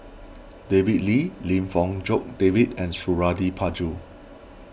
David Lee Lim Fong Jock David and Suradi Parjo